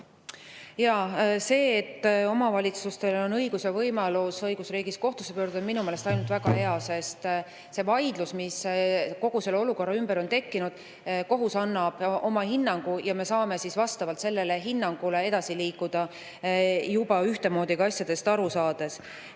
Jaa. See, et omavalitsustel on õigus ja võimalus õigusriigis kohtusse pöörduda, on minu meelest ainult väga hea, sest selle vaidluse tõttu, mis kogu selle olukorra ümber on tekkinud, annab kohus oma hinnangu ja me saame vastavalt sellele hinnangule edasi liikuda, juba ühtemoodi asjadest aru saades. Nii